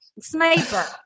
Sniper